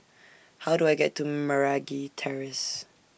How Do I get to Meragi Terrace